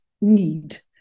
need